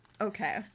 Okay